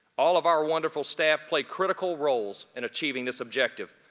all of our wonderful staff play critical roles in achieving this objective.